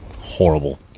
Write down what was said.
horrible